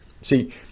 see